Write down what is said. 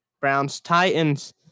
Browns-Titans